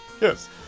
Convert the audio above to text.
Yes